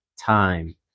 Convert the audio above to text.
time